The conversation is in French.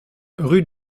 rue